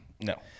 No